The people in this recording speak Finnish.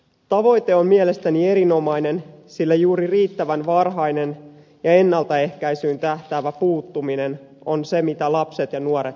tavoite on mielestäni eronomainen sillä juuri riittävän varhainen ja ennaltaehkäisyyn tähtäävä puuttuminen on se mitä lapset ja nuoret tarvitsevat